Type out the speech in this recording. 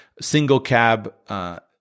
single-cab